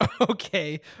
Okay